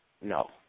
No